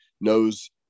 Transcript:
knows